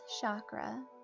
chakra